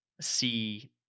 see